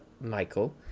Michael